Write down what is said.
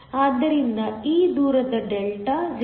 ಆದ್ದರಿಂದ ಈ ದೂರದ ಡೆಲ್ಟಾ 0